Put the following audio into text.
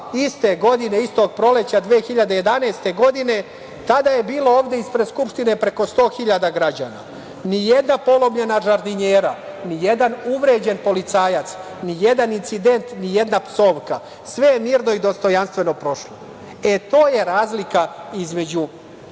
iste godine, istog proleća 2011. godine, tada je bilo ovde ispred Skupštine preko 100 hiljada građana. Ni jedna polomljena žardinjera, ni jedan uvređen policajac, ni jedan incident, ni jedna psovka, sve je mirno i dostojanstveno prošlo. To je razlika između